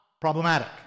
problematic